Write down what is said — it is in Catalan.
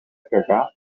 cagar